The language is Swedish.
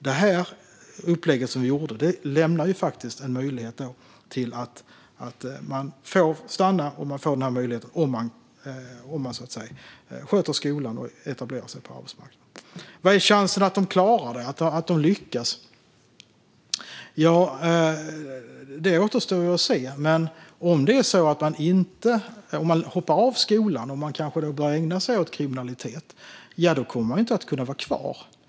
Det upplägg vi gjorde lämnar en möjlighet till att de får stanna om de sköter skolan och etablerar sig på arbetsmarknaden. Vad är chansen att de klarar det och lyckas? Det återstår att se. Men om det är så att man hoppar av skolan och kanske börjar ägna sig åt kriminalitet kommer man inte att kunna vara kvar.